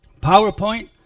PowerPoint